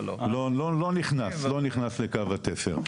לא נכנס לקו התפר.